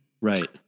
Right